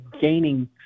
gaining